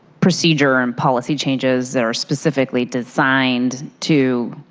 procedure and policy changes that are specifically designed to